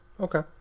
Okay